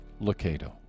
Locato